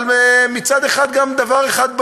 אבל מצד אחד גם הוכח דבר אחד ברור: